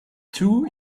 two